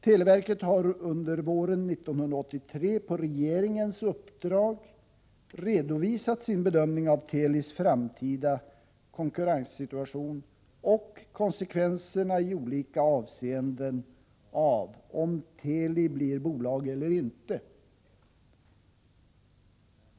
Televerket har under våren 1983 på regeringens uppdrag redovisat sin bedömning av Telis framtida konkurrenssituation och konsekvenserna i olika avseenden av om Teli blir bolag eller inte.